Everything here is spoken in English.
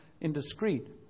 indiscreet